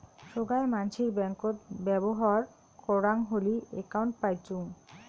সোগায় মানসির ব্যাঙ্কত ব্যবহর করাং হলি একউন্ট পাইচুঙ